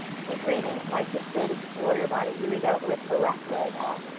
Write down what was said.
keep breathing. life is good, explore your body. here we go, lift the left leg up.